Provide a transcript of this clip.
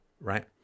right